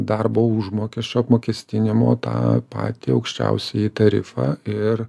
darbo užmokesčio apmokestinimo tą patį aukščiausiąjį tarifą ir